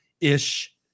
ish